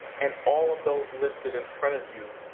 and all of those listed in front of you,